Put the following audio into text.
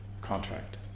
contract